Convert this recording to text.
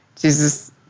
Jesus